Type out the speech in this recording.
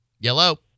Yellow